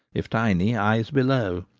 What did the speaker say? if tiny, eyes below.